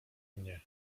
mnie